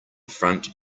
front